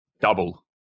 double